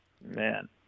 man